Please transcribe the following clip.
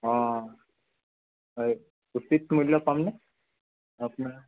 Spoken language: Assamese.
অঁ সেই উচিত মূল্য পামনে আপোনাৰ